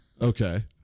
Okay